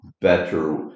better